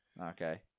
Okay